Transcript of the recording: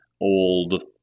old